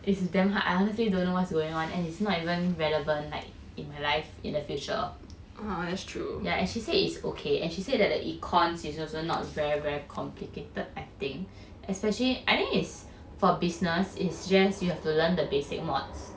it's damn hard I honestly don't know what's going on and it's not even relevant like in my life in the future and she said it is okay and she said that the econs is also not very very complicated acting especially I think is for business is just you have to learn the basic mods